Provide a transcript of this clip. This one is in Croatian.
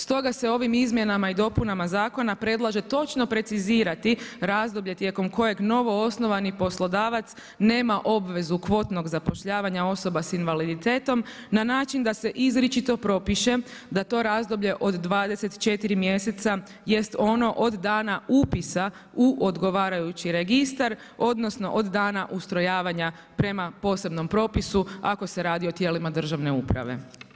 Stoga se ovim izmjenama i dopunama zakona predlaže točno precizirati razdoblje tijekom kojeg novoosnovani poslodavac nema obvezu kvotnog zapošljavanja osoba sa invaliditetom na način da se izričito propiše da to razdoblje od 24 mjeseca jest ono od dana upisa u odgovarajući registar odnosno od dana ustrojavanja prema posebnom propisu ako se radi o tijelima državne uprave.